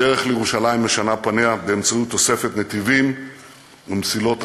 הדרך לירושלים משנה פניה באמצעות תוספת נתיבים ומסילות רכבת.